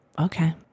okay